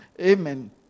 Amen